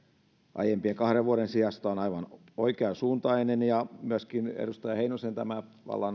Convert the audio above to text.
aiempien kahden vuoden sijasta on aivan oikeansuuntainen ja myöskin edustaja heinosen tämä